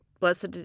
Blessed